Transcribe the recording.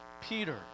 Peter